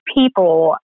people